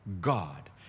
God